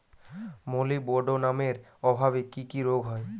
মলিবডোনামের অভাবে কি কি রোগ হয়?